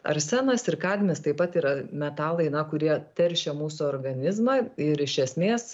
arsenas ir kadmis taip pat yra metalai na kurie teršia mūsų organizmą ir iš esmės